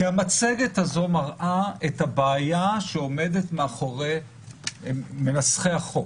המצגת הזאת מראה את הבעיה שעומדת מאחורי מנסחי החוק.